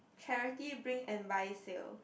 charity bring and buy sale